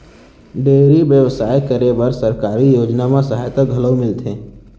dairy बेवसाय करे बर सरकारी योजना म सहायता घलौ मिलथे